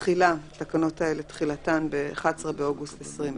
תחילה 12. תחילתן של תקנות אלה ביום כ"א באב התש"ף (11 באוגוסט 2020)